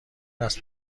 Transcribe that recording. است